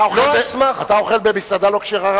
אתה אוכל במסעדה לא כשרה?